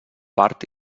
part